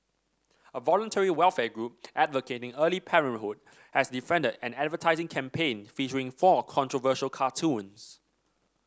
a voluntary welfare group advocating early parenthood has defended an advertising campaign featuring four controversial cartoons